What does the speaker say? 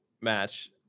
match